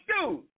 dude